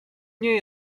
nie